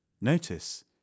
Notice